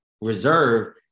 Reserve